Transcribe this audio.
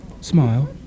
Smile